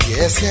Yes